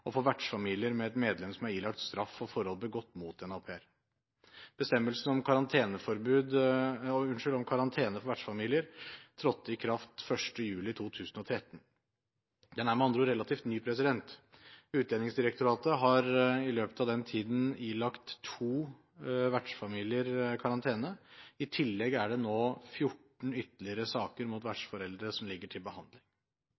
og for vertsfamilier med et medlem som er ilagt straff for forhold begått mot en au pair. Bestemmelsene om karantene for vertsfamilier trådte i kraft 1. juli 2013. Den er med andre ord relativt ny. Utlendingsdirektoratet har i løpet av den tiden ilagt to vertsfamilier karantene. I tillegg er det nå ytterligere 14 saker mot